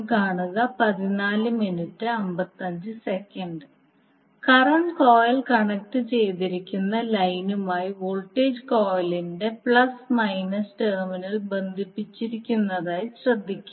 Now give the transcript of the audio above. current coil കണക്റ്റുചെയ്തിരിക്കുന്ന ലൈനുമായി voltage കോയിലിന്റെ പ്ലസ് മൈനസ് ടെർമിനൽ ബന്ധിപ്പിച്ചിരിക്കുന്നതായി ശ്രദ്ധിക്കാം